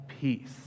peace